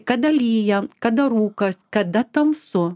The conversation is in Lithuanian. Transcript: kada lyja kada rūkas kada tamsu